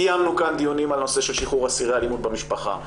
קיימנו כאן דיונים על הנושא של שחרור אסירי אלימות במשפחה,